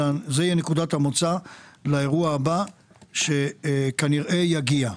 אלא זה יהיה נקודת המוצא לאירוע הבא שכנראה יגיע.